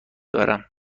دارم